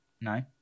No